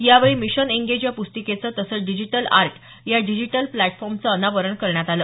यावेळी mission engage या प्रस्तिकेचं तसंच डिजीटल आर्ट या डिजीटल स्लॅटफॉर्मचं अनावरण करण्यात आलं